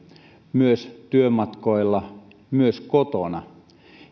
myös työmatkoilla myös kotona